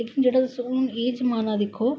जेहड़ा तुस हून एह् जमाना दिक्खा दो हो